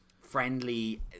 friendly